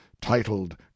titled